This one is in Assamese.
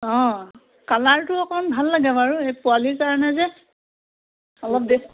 অঁ কালাৰটো অকণমান ভাল লাগে বাৰু এই পোৱালিৰ কাৰণে যে অলপ দে